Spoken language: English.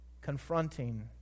confronting